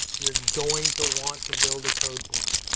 you're going to want to build a codeplug.